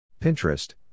Pinterest